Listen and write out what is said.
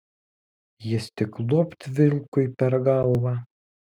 jis tik luopt vilkui per galvą